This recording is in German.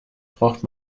braucht